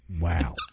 Wow